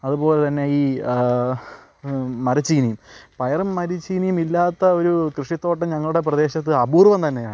അതുപോലെ തന്നെ ഈ മരിച്ചീനിയും പയറും മരിച്ചീനിയും ഇല്ലാത്ത ഒരു കൃഷിത്തോട്ടം ഞങ്ങളുടെ പ്രദേശത്ത് അപൂർവം തന്നെയാണ്